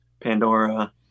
Pandora